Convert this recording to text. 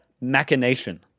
Machination